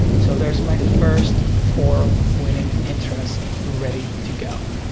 so there's my first four winning interest ready to go.